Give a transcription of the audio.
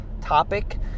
topic